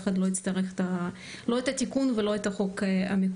אחד לא יצטרך את התיקון ולא את החוק המקורי.